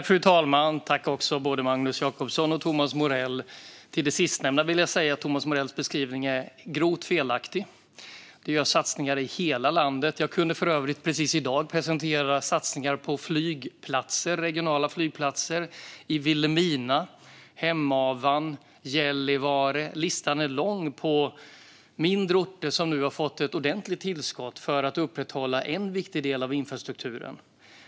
Fru talman! Tack till både Magnus Jacobsson och Thomas Morell! Som svar på det sista vill jag säga att Thomas Morells beskrivning är grovt felaktig. Det görs satsningar i hela landet. Jag kunde för övrigt precis i dag presentera satsningar på regionala flygplatser i Vilhelmina, Hemavan och Gällivare. Listan är lång över mindre orter som nu har fått ett ordentligt tillskott för att upprätthålla en viktig del av infrastrukturen.